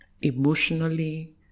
emotionally